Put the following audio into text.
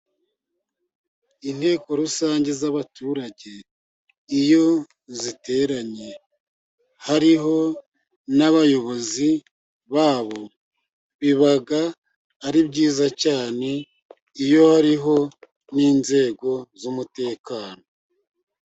Inteko rusange z'abaturage iyo ziteranye hariho n'abayobozi ba bo biba ari byiza cyane, iyo hariho n'inzego z'umutekano.